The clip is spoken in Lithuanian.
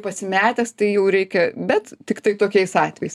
pasimetęs tai jau reikia bet tiktai tokiais atvejais